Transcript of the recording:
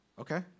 Okay